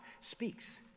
speaks